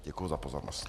Děkuji za pozornost.